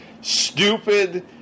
stupid